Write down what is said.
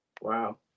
Wow